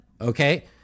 Okay